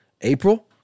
April